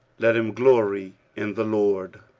let him glory in the lord.